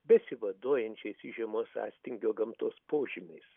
besivaduojančiais iš žiemos sąstingio gamtos požymiais